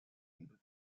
able